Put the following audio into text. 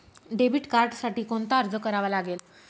Debit कार्डसाठी कोणता अर्ज करावा लागेल?